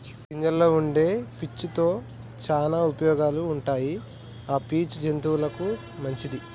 గింజల్లో వుండే పీచు తో శానా ఉపయోగాలు ఉంటాయి ఆ పీచు జంతువులకు మంచిది